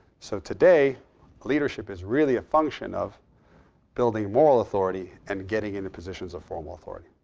so today leadership is really a function of building moral authority and getting into positions of formal authority.